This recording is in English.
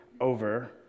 over